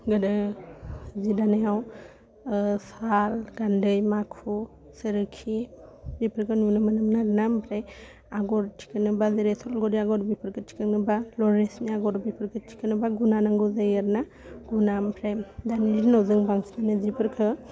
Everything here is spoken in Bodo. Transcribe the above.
गोदो जि दानायाव साल गान्दै माखु सोरखि बेफोरखौ नुनो मोनोमोन आरोना आमफ्राय आगर थिखोनोबा जेरै सलगरि आगर बेफोरखौ थिखोनोबा लरेन्सनि आगर बेफोरखौ थिखोनोबा गुना नांगौ जायो आरोना गुना आमफ्राय दानि दिनाव जों बांसिनानो जिफोरखो